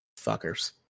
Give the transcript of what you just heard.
Fuckers